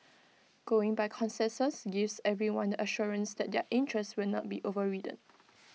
going by consensus gives everyone the assurance that their interests will not be overridden